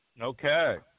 Okay